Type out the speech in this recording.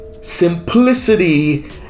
simplicity